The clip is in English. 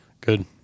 Good